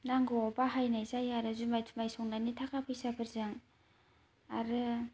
नांगौआव बाहायनाय जायो आरो जुमाय थुमाय संनायनि थाखा फैसाफोरजों आरो